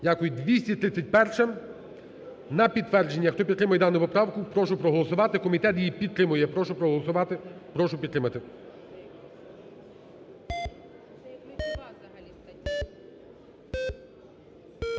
Дякую. 231-а – на підтвердження. Хто підтримує дану поправку, прошу проголосувати. Комітет її підтримує. Я прошу проголосувати, прошу підтримати.